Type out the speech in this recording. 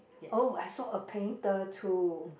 oh I saw a painter too